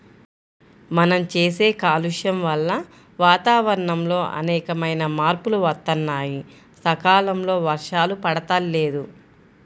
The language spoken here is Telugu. మనం చేసే కాలుష్యం వల్ల వాతావరణంలో అనేకమైన మార్పులు వత్తన్నాయి, సకాలంలో వర్షాలు పడతల్లేదు